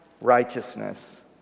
righteousness